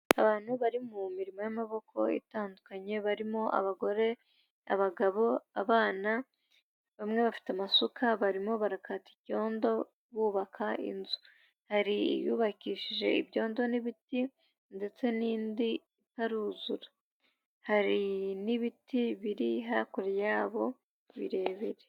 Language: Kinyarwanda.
abantu bari mu mirimo y'amaboko itandukanye, barimo abagore, abagabo, abana, bamwe bafite amasuka barimo barakata icyondo bubaka inzu. Hari iyubakishije ibyondo n'ibiti, ndetse n'indi itaruzura. Hari n'ibiti biri hakurya yabo birebire.